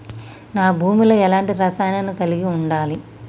నా భూమి లో ఎలాంటి రసాయనాలను కలిగి ఉండాలి?